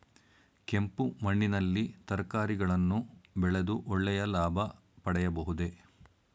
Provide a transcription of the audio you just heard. ಕೆಂಪು ಮಣ್ಣಿನಲ್ಲಿ ತರಕಾರಿಗಳನ್ನು ಬೆಳೆದು ಒಳ್ಳೆಯ ಲಾಭ ಪಡೆಯಬಹುದೇ?